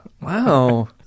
Wow